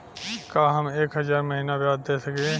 का हम एक हज़ार महीना ब्याज दे सकील?